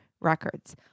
records